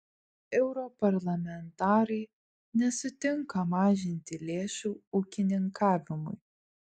europarlamentarai nesutinka mažinti lėšų ūkininkavimui